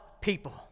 people